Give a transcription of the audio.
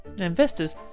Investors